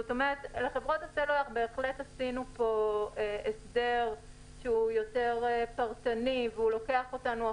לחברות הסלולר בהחלט עשינו הסדר שהוא יותר פרטני והוא לוקח אותנו אחורה,